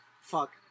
Fuck